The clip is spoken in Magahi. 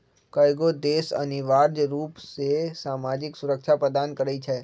कयगो देश अनिवार्ज रूप से सामाजिक सुरक्षा प्रदान करई छै